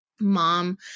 Mom